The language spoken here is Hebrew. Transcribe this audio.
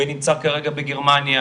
ונמצא כרגע בגרמניה.